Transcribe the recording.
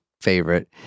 favorite